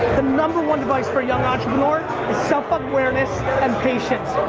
number one advice for young entrepreneurs is self awareness and patience.